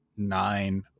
nine